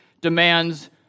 demands